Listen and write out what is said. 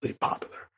popular